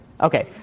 okay